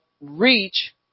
reach